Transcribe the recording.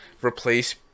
replace